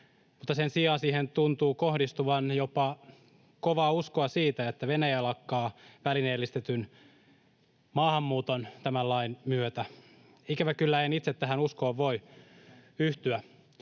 mutta sen sijaan siihen tuntuu kohdistuvan jopa kovaa uskoa siihen, että Venäjä lakkaa välineellistetyn maahanmuuton tämän lain myötä. Ikävä kyllä en itse tähän uskoon voi yhtyä.